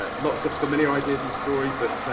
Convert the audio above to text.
ah lots of familiar ideas in the story, but, so